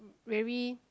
very